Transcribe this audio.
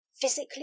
physically